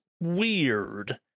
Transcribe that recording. weird